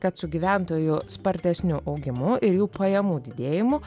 kad su gyventojų spartesniu augimu ir jų pajamų didėjimu